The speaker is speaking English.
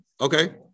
Okay